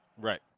right